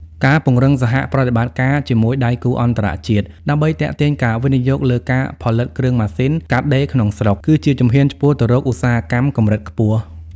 ការពង្រឹងសហប្រតិបត្តិការជាមួយដៃគូអន្តរជាតិ ដើម្បីទាក់ទាញការវិនិយោគលើការផលិតគ្រឿងម៉ាស៊ីនកាត់ដេរក្នុងស្រុក គឺជាជំហានឆ្ពោះទៅរកឧស្សាហកម្មកម្រិតខ្ពស់។